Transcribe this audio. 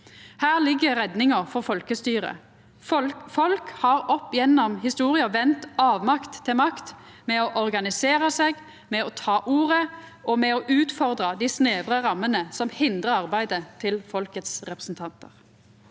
Her ligg redninga for folkestyret. Folk har opp gjennom historia vendt avmakt til makt ved å organisera seg, ved å ta ordet og ved å utfordra dei snevre rammene som hindrar arbeidet til representantane